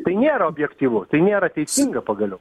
tai nėra objektyvu tai nėra teisinga pagaliau